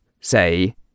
say